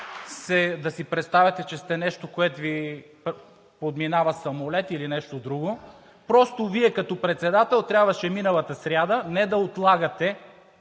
да си представяте, че сте нещо, което Ви подминава самолет или нещо друго, просто Вие като председател трябваше миналата сряда не да отлагате